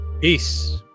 Peace